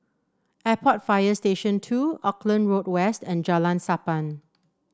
Airport Fire Station Two Auckland Road West and Jalan Sappan